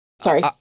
Sorry